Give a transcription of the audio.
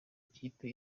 ikipe